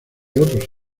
otros